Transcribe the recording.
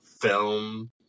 film